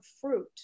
fruit